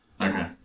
Okay